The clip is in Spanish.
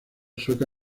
sueca